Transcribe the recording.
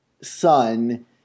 son